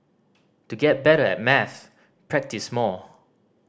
to get better at maths practise more